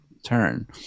turn